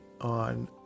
on